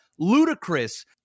Ludicrous